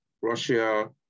Russia